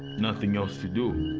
nothing else to do.